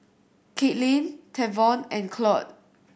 Katelynn Tavon and Claude